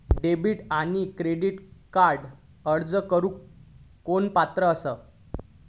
Debit आणि credit कार्डक अर्ज करुक कोण पात्र आसा?